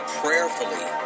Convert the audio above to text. prayerfully